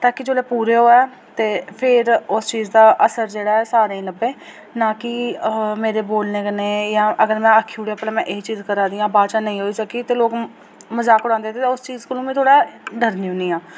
ताकि जोल्लै पूरे होवै ते फिर उस चीज़ दा असर जेह्ड़ा ऐ सारें ई लब्भे ना कि मेरे बोलने कन्नै जां में आखी ओड़ेआ भला में एह् चीज़ करा दियां बाच नेईं होई सकै ते लोक मज़ाक उड़ांदे तां उस चीज़ कोला में थोह्ड़ा डरनी होनी आं